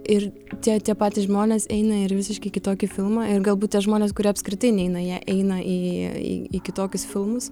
ir tie tie patys žmonės eina ir visiškai kitokį filmą ir galbūt tie žmonės kurie apskritai neina jie eina į į kitokius filmus